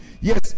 Yes